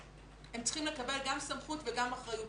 הם צריכים לקבל גם סמכות וגם אחריות,